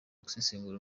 gusesagura